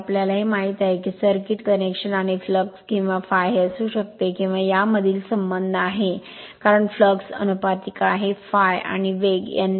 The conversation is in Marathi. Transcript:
आम्हाला हे माहित आहे की हे सर्किट कनेक्शन आणि फ्लक्स किंवा ∅ हे असू शकते किंवा या मधील संबंध आहे कारण फ्लक्स अनुपातिक आहे ∅ आणि वेग n